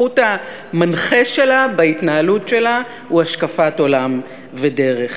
החוט המנחה בהתנהלות שלה הוא השקפת עולם ודרך.